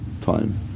time